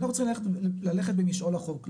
אני רוצה ללכת במשעול החוק,